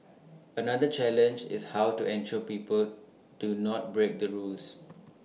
another challenge is how to ensure people do not break the rules